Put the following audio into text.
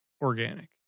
organic